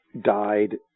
died